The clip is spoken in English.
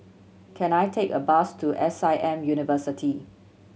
can I take a bus to S I M University